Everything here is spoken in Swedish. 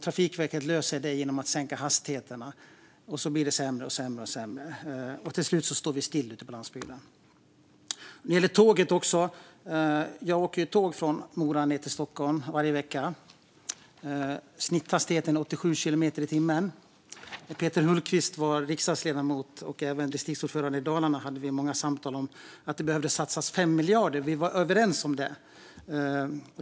Trafikverket löser det genom att sänka hastigheterna, och så blir det sämre, sämre och sämre. Till slut står vi still ute på landsbygden. Jag åker tåg från Mora ned till Stockholm varje vecka. Snitthastigheten är 87 kilometer i timmen. När Peter Hultqvist var riksdagsledamot och även distriktsordförande i Dalarna hade vi många samtal om att det behövde satsas 5 miljarder. Vi var överens om det.